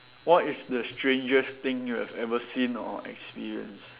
what is the strangest thing you have ever seen or experienced